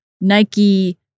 Nike